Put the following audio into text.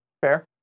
Fair